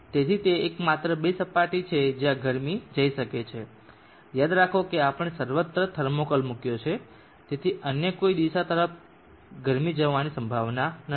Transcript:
તેથી તે એકમાત્ર બે સપાટી છે જ્યાં ગરમી જઈ શકે છે યાદ રાખો કે આપણે સર્વત્ર થર્મોકોલ મૂક્યો છે તેથી અન્ય કોઈ દિશા તરફ ગરમી જવાની સંભાવના નથી